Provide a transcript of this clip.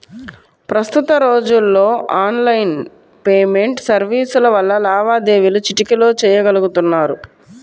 ప్రస్తుత రోజుల్లో online payment సర్వీసుల వల్ల లావాదేవీలు చిటికెలో చెయ్యగలుతున్నారు